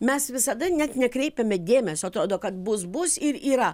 mes visada net nekreipiame dėmesio atrodo kad bus bus ir yra